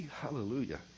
Hallelujah